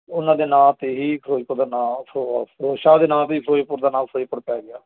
ਉਹਨਾਂ ਦੇ ਨਾਂ 'ਤੇ ਹੀ ਫਿਰੋਜ਼ਪੁਰ ਦਾ ਨਾਂ ਫਿਰੋਜ਼ਸ਼ਾਹ ਦੇ ਨਾਮ 'ਤੇ ਹੀ ਫਿਰੋਜ਼ਪੁਰ ਦਾ ਨਾਮ ਫਰੀਦਕੋਟ ਪੈ ਗਿਆ